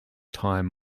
time